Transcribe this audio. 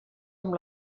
amb